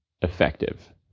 effective